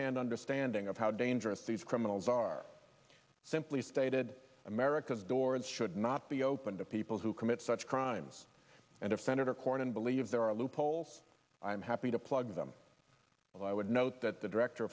hand understanding of how dangerous these criminals are simply stated america's door and should not be open to people who commit such crimes and if senator cornyn believe there are loopholes i'm happy to plug them but i would note the director